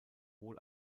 wohl